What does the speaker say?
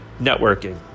Networking